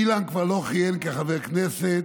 אילן כבר לא כיהן כחבר כנסת,